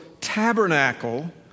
tabernacle